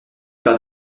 par